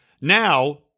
now